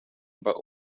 mba